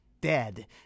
Dead